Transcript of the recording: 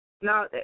now